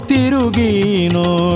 Tirugino